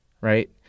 right